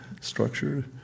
structured